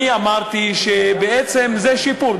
אני אמרתי שבעצם זה שיפור.